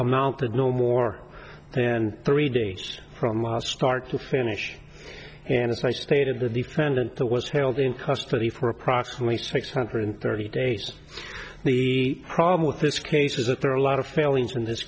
amounted no more then three days from start to finish and as i stated the defendant there was held in custody for approximately six hundred thirty days the problem with this case is that there are a lot of failings in this